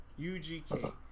UGK